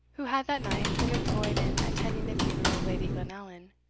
who had that night been employed in attending the funeral of lady glenallan,